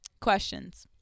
questions